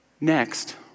Next